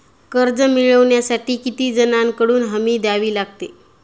कर्ज मिळवण्यासाठी किती जणांकडून हमी द्यावी लागते?